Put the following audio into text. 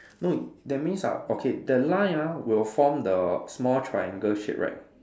no that means uh okay that line ah will form the small triangle shape right